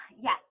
yes